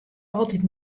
altyd